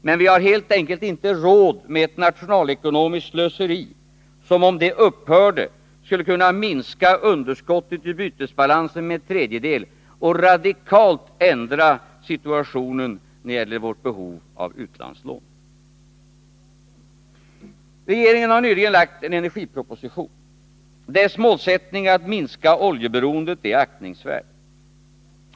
Men vi har helt enkelt inte råd med ett nationalekonomiskt slöseri, som om det upphörde skulle kunna minska underskottet i bytesbalansen med en tredjedel och radikalt ändra situationen när det gäller vårt behov av utlandslån. Regeringen har nyligen framlagt en energiproposition. Dess målsättning att minska oljeberoendet är aktningsvärd.